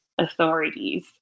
authorities